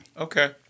Okay